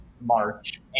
March